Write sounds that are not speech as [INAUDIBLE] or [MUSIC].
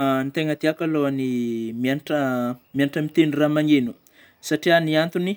[HESITATION] Ny tegna tiako aloha ny mianatra mianatra mitendry raha magneno satria ny antony